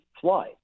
fly